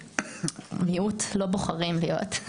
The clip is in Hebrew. לא בוחרים להיות,